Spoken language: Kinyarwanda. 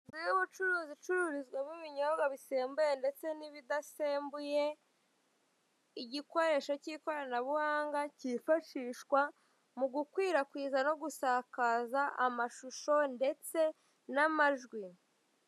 Inzu y'ubacuruza icuruzwamo'ibinyobwa bisembuye ndetse n'ibidasembuye, igikoresho cy'ikoranabuhanga cyifashishwa mu gukwirakwiza no gusakaza amashusho ndetse n'amajwi.